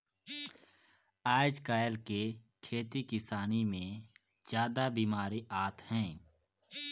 आयज कायल के खेती किसानी मे जादा बिमारी आत हे